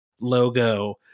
logo